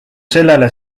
sellele